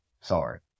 Sorry